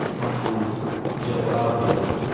ᱩᱱᱠᱩ ᱡᱚᱯᱲᱟᱣ ᱦᱩᱭᱩᱜᱼᱟ